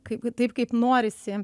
kaip taip kaip norisi